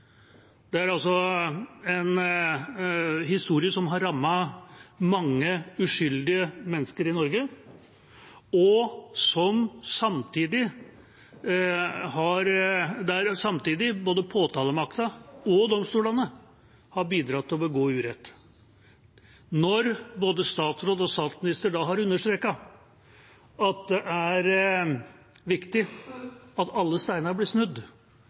Det er en historie som har rammet mange uskyldige mennesker i Norge, der både påtalemakta og domstolene samtidig har bidratt til å begå urett. Når både statsråd og statsminister da har understreket at det er viktig at alle steiner blir snudd,